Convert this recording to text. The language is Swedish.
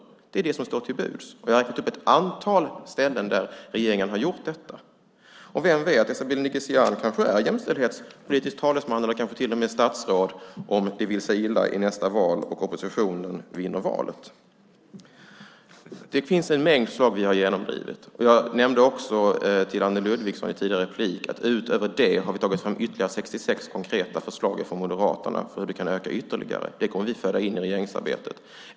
Det är ju det som står till buds. Jag har räknat upp ett antal ställen där regeringen har gjort detta. Vem vet, Esabelle Dingizian kanske är jämställdhetspolitisk talesman eller till och med statsråd om det vill sig illa i nästa val och oppositionen vinner valet. Det finns en mängd förslag som vi har genomdrivit, och jag nämnde också för Anne Ludvigsson i ett tidigare replikskifte att vi utöver det har tagit fram ytterligare 66 konkreta förslag från Moderaterna om hur vi kan öka ytterligare. Det kommer vi att föra in i regeringsarbetet.